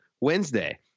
Wednesday